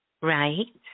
Right